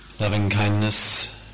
loving-kindness